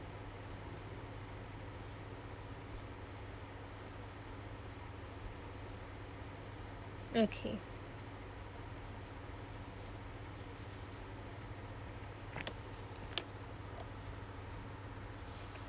okay